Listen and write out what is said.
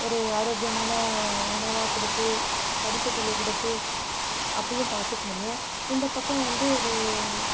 ஒரு ஆரோக்கியமான உணவாக கொடுத்து படிப்பு சொல்லிக் கொடுத்து அப்படியும் பார்த்துக்க முடியும் இந்த பக்கம் வந்து ஒரு